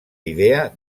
idea